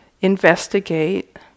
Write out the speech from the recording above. investigate